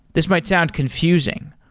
this might sound confusing.